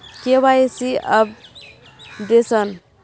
KYC updation?